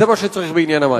זה מה שצריך בעניין המים.